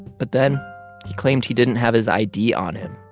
but then he claimed he didn't have his id on him.